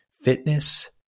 fitness